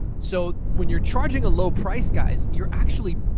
so when you're charging a low price, guys, you're actually,